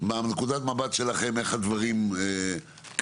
מנקודת המבט שלכם איפה עומדים הדברים כרגע,